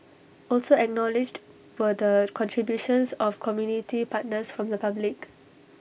also acknowledged were the contributions of community partners from the public